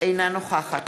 אינה נוכחת